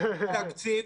אין תקציב.